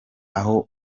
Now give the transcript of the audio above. aho